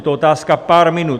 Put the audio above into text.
Je to otázka pár minut.